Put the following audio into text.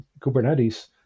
kubernetes